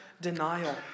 Denial